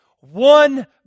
one